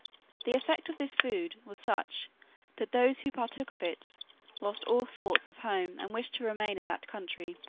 the effect of this food was such that those who partook of it lost all thoughts of home and wished to remain in that country.